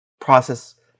process